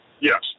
Yes